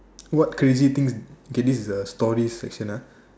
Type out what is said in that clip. what crazy thing K this is a story section ah